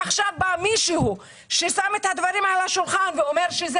אבל כשעכשיו בא מישהו ושם את הדברים על השולחן ואומר שזאת